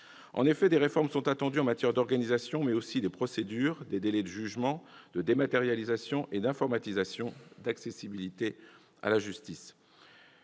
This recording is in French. En effet, des réformes sont attendues en matière d'organisation, mais aussi de procédures, de délais de jugement, de dématérialisation et d'informatisation, d'accessibilité de la justice.